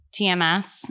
TMS